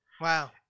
Wow